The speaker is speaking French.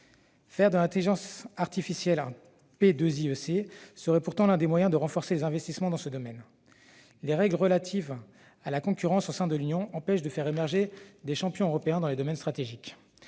Faire de l'intelligence artificielle un PIIEC serait pourtant l'un des moyens de renforcer les investissements dans ce domaine, les règles relatives à la concurrence au sein de l'Union empêchant de faire émerger des champions européens dans des domaines stratégiques.